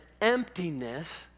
emptiness